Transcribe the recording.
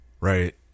Right